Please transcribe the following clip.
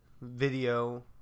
video